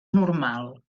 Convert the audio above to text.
normal